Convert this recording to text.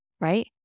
right